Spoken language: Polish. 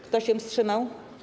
Kto się wstrzymał?